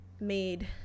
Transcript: Made